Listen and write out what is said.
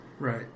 Right